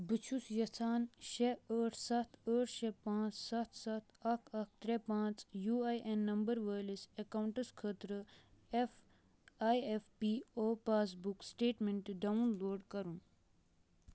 بہٕ چھُس یژھان شیٚے ٲٹھ سَتھ ٲٹھ شیٚے پانٛژھ سَتھ سَتھ اکھ اکھ ترے پانٛژھ یو اے این نمبر وٲلِس اکاؤنٹس خٲطرٕ F I F P O passbook statement download کرُن